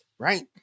right